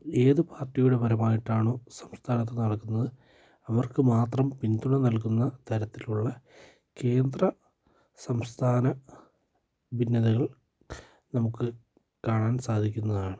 ഏത് പാർട്ടിയുടെ പരമായിട്ടാണോ സംസ്ഥാനത്ത് നടക്കുന്നത് അവർക്ക് മാത്രം പിന്തുണ നൽകുന്ന തരത്തിലുള്ള കേന്ദ്ര സംസ്ഥാന ഭിന്നതകൾ നമുക്ക് കാണാൻ സാധിക്കുന്നതാണ്